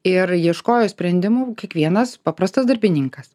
ir ieškojo sprendimų kiekvienas paprastas darbininkas